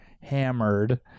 hammered